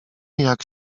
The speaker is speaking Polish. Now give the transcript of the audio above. jak